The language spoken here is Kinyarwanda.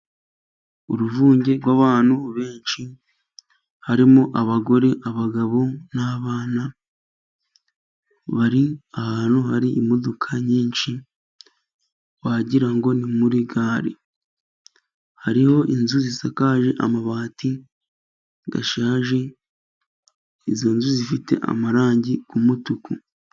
Uruvange rw'abantu benshi harimo abagore, abagabo, n'abana, bari ahantu hari imodoka nyinshi ,wagirango ni muri gare ,hariho inzu zisakaje amabati ,ashaje izo nzu zifite amarangi y'umutuku.